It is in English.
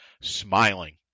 smiling